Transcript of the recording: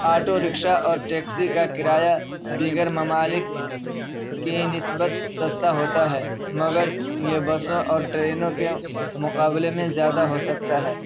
auto rickshaw اور taxi کا کرایہ دیگر ممالک کی نسبت سستا ہوتا ہے مگر یہ بسوں اور ٹرینوں کے مقابلے میں زیادہ ہو سکتا ہے